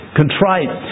contrite